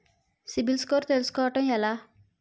CIBIL score తెల్సుకోటం ఎలా?